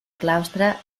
claustre